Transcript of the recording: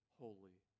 holy